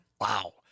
Wow